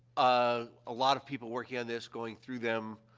ah a lot of people working on this, going through them.